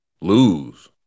Lose